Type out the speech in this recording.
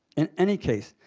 in any case,